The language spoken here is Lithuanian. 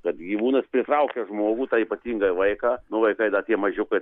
tad gyvūnas pritraukia žmogų tai ypatingai vaiką nu vaikai dar tie mažiukai